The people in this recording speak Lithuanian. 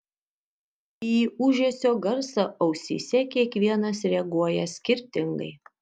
į ūžesio garsą ausyse kiekvienas reaguoja skirtingai